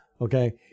Okay